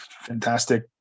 fantastic